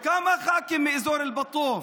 כמה ח"כים יש מאזור אל-בטוף?